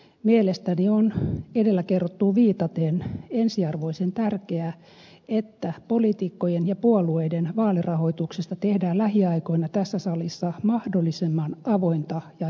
mielestäni on edellä kerrottuun viitaten ensiarvoisen tärkeää että poliitikkojen ja puolueiden vaalirahoituksesta tehdään lähiaikoina tässä salissa mahdollisimman avointa ja julkista